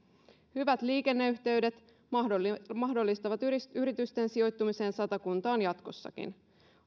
hyvät liikenneyhteydet mahdollistavat mahdollistavat yritysten sijoittumisen satakuntaan jatkossakin